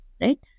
right